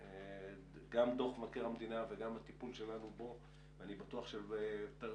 גם דוח מבקר המדינה וגם הטיפול שלנו ושל ועדות